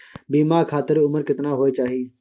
बीमा खातिर उमर केतना होय चाही?